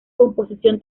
composición